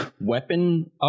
weapon